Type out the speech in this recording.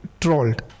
trolled